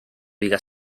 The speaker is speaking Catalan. biga